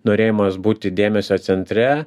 norėjimas būti dėmesio centre